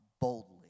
boldly